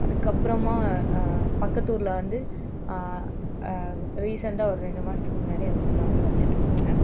அதுக்கப்புறமா பக்கத்து ஊரில் வந்து ரீசண்ட்டாக ஒரு ரெண்டு மாசத்துக்கு முன்னாடி அந்தமாதிரிலாம் வந்து வச்சுட்ருந்தாங்க